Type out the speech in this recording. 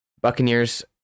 Buccaneers